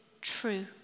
true